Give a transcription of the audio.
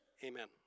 Amen